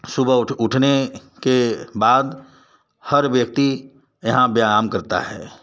सुबह उठने के बाद हर व्यक्ति यहाँ व्यायाम करता है